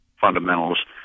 fundamentals